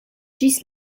ĝis